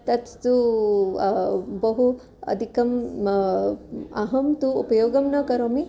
तत्तु बहु अधिकम् अहं तु उपयोगं न करोमि